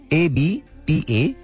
abpa